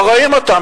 לא רואים אותם.